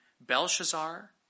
Belshazzar